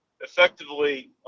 effectively